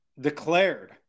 declared